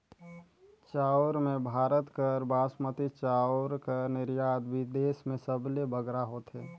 चाँउर में भारत कर बासमती चाउर कर निरयात बिदेस में सबले बगरा होथे